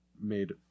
made